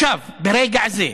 ברגע זה,